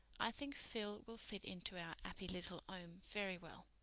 i think phil will fit into our appy little ome very well.